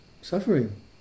suffering